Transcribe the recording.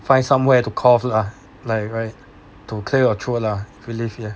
find somewhere to cough lah like right to clear your throat lah relive ya